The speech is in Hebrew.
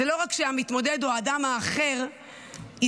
זה לא רק שהמתמודד או האדם האחר יזכה,